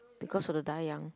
because of the die young